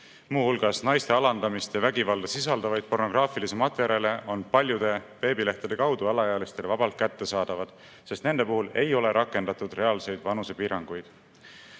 hulgas naiste alandamist ja vägivalda sisaldavaid pornograafilisi materjale on paljude veebilehtede kaudu alaealistele vabalt kättesaadavad, sest nende puhul ei ole rakendatud reaalseid vanusepiiranguid.